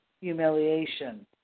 humiliation